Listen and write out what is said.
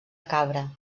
cabra